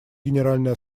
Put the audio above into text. генеральная